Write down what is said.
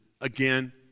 again